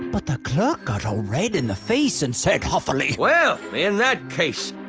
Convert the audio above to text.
but the clerk got all red in the face and said huffily. well, in that case,